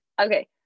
okay